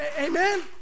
Amen